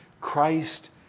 Christ